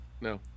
No